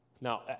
Now